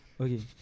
Okay